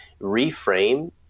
reframe